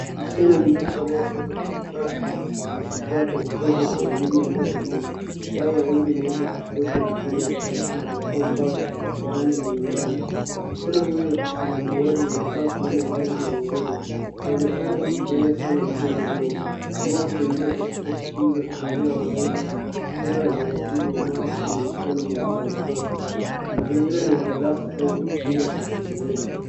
Msichana mdogo anayecheza kwa furaha na kifaa cha kucheza cha elimu ambacho kina waya wenye maumbo tofauti ya vipande vya plastiki au mbao ya rangi mbalimbali. Msichana huyo ana miwani na anavaa fulana ya rangi ya waridi. Anaonekana kufurahia sana michezo huo ambao huchangia katika kukuza ulea wa rangi, sura na uratibu wa macho na mikono kwa watoto. Mazingira ni ya darasa au chumba cha kuchezea.